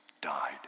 died